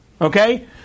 Okay